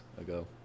ago